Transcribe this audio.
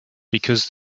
because